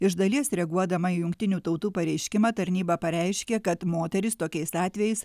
iš dalies reaguodama į jungtinių tautų pareiškimą tarnyba pareiškė kad moterys tokiais atvejais